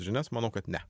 žinias manau kad ne